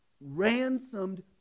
ransomed